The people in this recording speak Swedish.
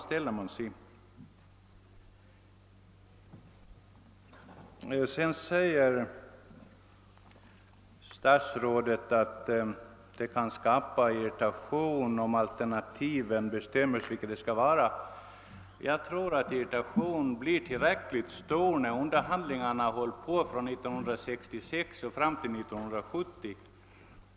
Sedan säger statsrådet att det kan skapa irritation om man yppar vilka alternativ man räknar med, men den irritationen finns redan nu efter förhandlingar som pågått från 1966 till 1970.